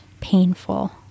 painful